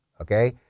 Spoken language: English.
okay